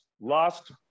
lost